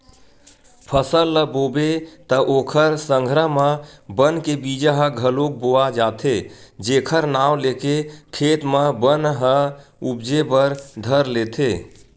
फसल ल बोबे त ओखर संघरा म बन के बीजा ह घलोक बोवा जाथे जेखर नांव लेके खेत म बन ह उपजे बर धर लेथे